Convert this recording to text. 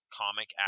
comic